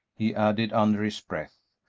he added, under his breath,